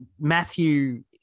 matthew